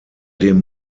dem